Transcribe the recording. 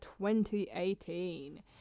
2018